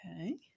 Okay